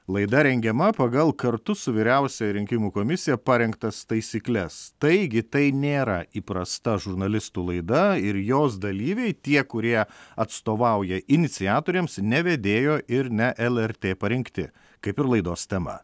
laida rengiama pagal kartu su vyriausiąja rinkimų komisija parengtas taisykles taigi tai nėra įprasta žurnalistų laida ir jos dalyviai tie kurie atstovauja iniciatoriams ne vedėjo ir ne lrt parinkti kaip ir laidos tema